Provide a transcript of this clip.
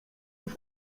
już